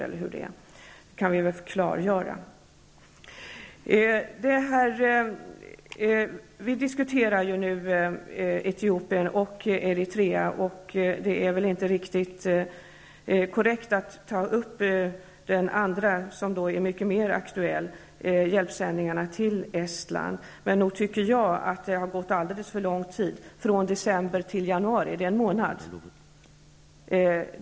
Men det kan vi klargöra. Vi diskuterar nu Etiopien och Eritrea. Det är väl inte riktigt korrekt att ta upp den andra frågan som är mer aktuell, nämligen hjälpsändningarna till Estland. Men nog tycker jag att det har gått alldeles för lång tid, från december till januari -- det är en månad.